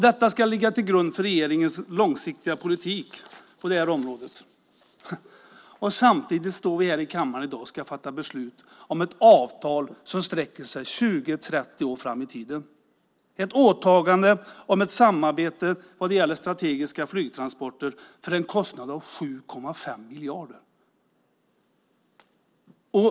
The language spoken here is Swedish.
Detta ska ligga till grund för regeringens långsiktiga politik på det här området. Samtidigt står vi här i kammaren i dag och ska fatta beslut om ett avtal som sträcker sig 20-30 år fram i tiden, ett åtagande om ett samarbete vad gäller strategiska flygtransporter till en kostnad av 7,5 miljarder.